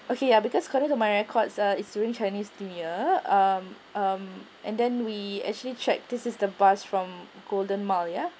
okay ya because according to my records it's during chinese new year um um and then we actually check this is the bus from golden mile ya